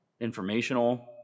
Informational